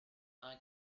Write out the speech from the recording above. eye